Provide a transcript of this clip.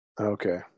Okay